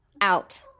Out